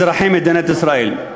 אזרחי מדינת ישראל.